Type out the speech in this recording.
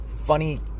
funny